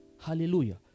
Hallelujah